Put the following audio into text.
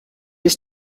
ist